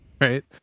right